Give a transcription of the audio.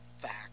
fact